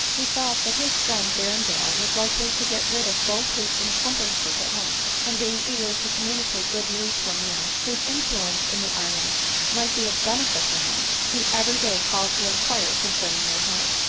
he thought that his friend berrendale was likely to get rid of both his incumbrances at once and being eager to com municate good news to a man whose influence in the island might be of benefit to him, he every day called to inquire concerning their health.